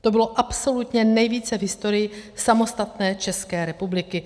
To bylo absolutně nejvíce v historii samostatné České republiky.